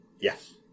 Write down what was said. Yes